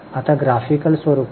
आता ग्राफिकल स्वरुपात